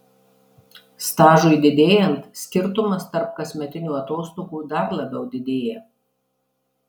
stažui didėjant skirtumas tarp kasmetinių atostogų dar labiau didėja